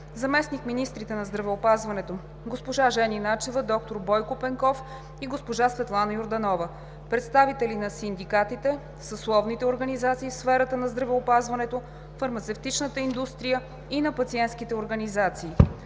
заместник-министрите на здравеопазването госпожа Жени Начева, доктор Бойко Пенков и госпожа Светлана Йорданова, представители на синдикатите, съсловните организации в сферата на здравеопазването, фармацевтичната индустрия и на пациентските организации.